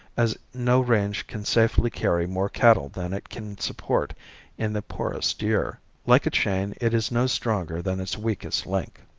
as no range can safely carry more cattle than it can support in the poorest year like a chain, it is no stronger than its weakest link.